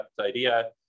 idea